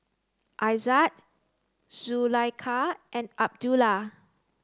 Aizat Zulaikha and Abdullah